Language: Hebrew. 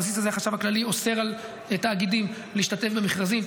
ועל הבסיס הזה החשב הכללי אוסר על תאגידים להשתתף במכרזים,